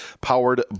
powered